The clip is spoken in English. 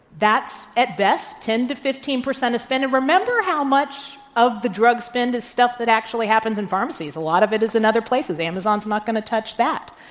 that at best, ten to fifteen percent of spending. remember how much of the drug spend is stuff that actually happens in pharmacies. a lot of it is in and other places. amazon's not going to touch that.